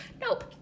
Nope